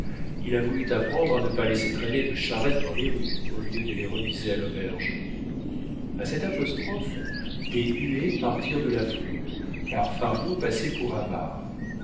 il a voulu t'apprendre à ne pas laisser traîner de charrettes dans les rues au lieu de les remiser à l'auberge a cette apostrophe des huées partirent de la foule car fario passait pour avare